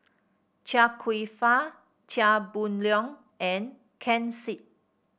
Chia Kwek Fah Chia Boon Leong and Ken Seet